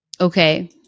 Okay